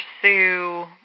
pursue